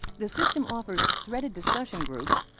the system offers threaded discussion groups,